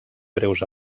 breus